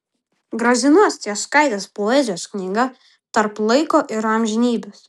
gražinos cieškaitės poezijos knygą tarp laiko ir amžinybės